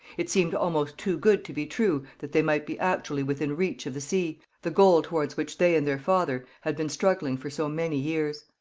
it seemed almost too good to be true that they might be actually within reach of the sea, the goal towards which they and their father had been struggling for so many years.